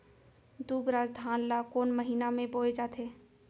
दुबराज धान ला कोन महीना में बोये जाथे?